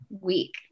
week